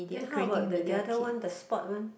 then how about the the other one the spoilt one